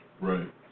Right